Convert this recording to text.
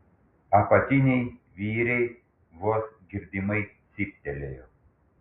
apatiniai vyriai vos girdimai cyptelėjo